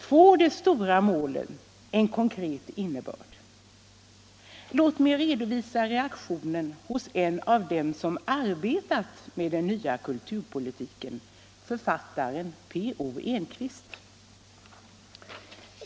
Får de stora målen en konkret innebörd? Låt mig redovisa reaktionen hos en av dem som arbetat med den nya kulturpolitiken, författaren P. O. Engquist.